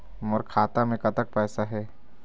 मोर खाता मे कतक पैसा हे?